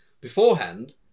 Beforehand